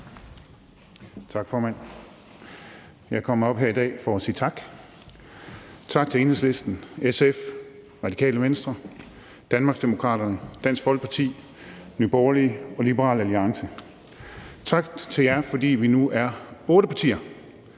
Tak, formand. Jeg er kommet herop i dag for at sige tak. Tak til Enhedslisten, SF, Radikale Venstre, Danmarksdemokraterne, Dansk Folkeparti, Nye Borgerlige og Liberal Alliance. Tak til jer, fordi vi nu er otte partier